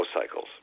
cycles